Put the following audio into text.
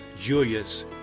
Julius